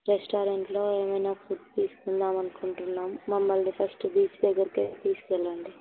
రెస్టారెంట్లో ఏమైనా ఫుడ్ తీసుకుందాము అనుకుంటున్నాము మమ్మల్ని ఫస్ట్ బీచ్ దగ్గరికే తీసుకు వెళ్ళండి